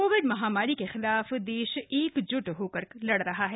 Covid महामारी के खिलाफ देश एकजुट होकर लड़ रहा है